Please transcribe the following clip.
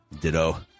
Ditto